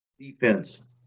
Defense